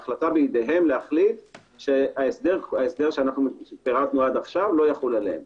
ההחלטה בידיהם להחליט שההסדר שפירטנו עד כה לא יחול עליהם.